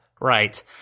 right